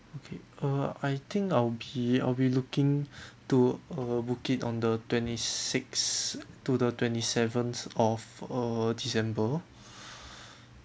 okay uh I think I'll be I'll be looking to uh book it on the twenty sixth to the twenty seventh of err december